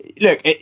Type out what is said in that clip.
look